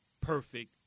perfect